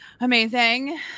Amazing